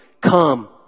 come